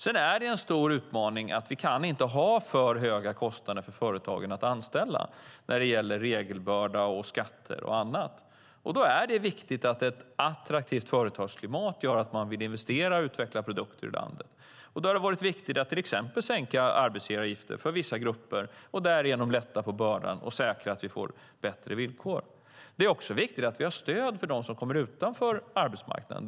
Det är en stor utmaning att inte ha för höga kostnader för företagen att anställa, regelbörda, skatter och annat. Då är det viktigt med ett attraktivt företagsklimat som gör att man vill investera och utveckla produkter i landet. Det har varit viktigt att till exempel sänka arbetsgivaravgifter för vissa grupper och därigenom lätta på bördan och säkra att vi får bättre villkor. Det är också viktigt att vi har stöd för dem som hamnar utanför arbetsmarknaden.